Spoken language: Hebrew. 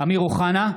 אמיר אוחנה,